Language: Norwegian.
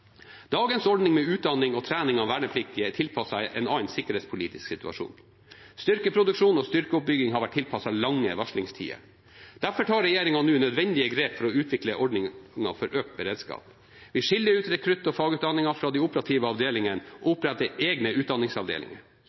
Dagens ordning med utdanning og trening av vernepliktige er tilpasset en annen sikkerhetspolitisk situasjon. Styrkeproduksjon og styrkeoppbygging har vært tilpasset lange varslingstider. Derfor tar regjeringen nå nødvendige grep for å utvikle ordningen for økt beredskap. Vi skiller ut rekrutt- og fagutdanningen fra de operative avdelingene og oppretter egne utdanningsavdelinger.